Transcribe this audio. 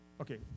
Okay